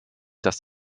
das